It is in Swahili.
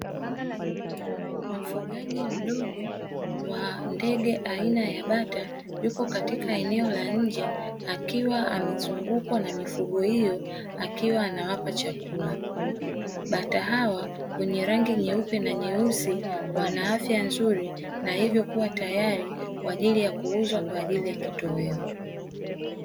Mfugaji mdogo wa ndege aina ya bata, yupo katika eneo la nje akiwa amezungukwa na mifugo hiyo akiwa anawapa chakula. Bata hawa wenye rangi nyeupe na nyeusi wana afya nzuri na hivyo kuwa tayari kwa ajili ya kuuzwa kwa ajili ya kitoweo.